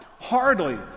hardly